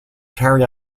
carry